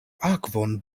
akvon